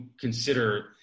consider